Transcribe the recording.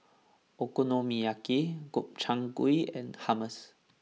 Okonomiyaki Gobchang Gui and Hummus